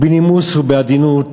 בנימוס ובעדינות